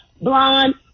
blonde